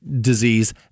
disease